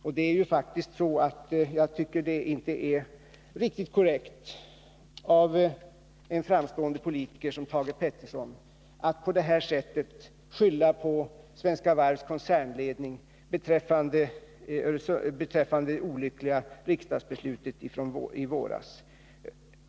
Jag tycker inte att det är riktigt korrekt av en framstående politiker som Thage Peterson att på detta sätt skylla på Svenska Varvs koncernledning beträffande det olyckliga riksdagsbeslutet i våras.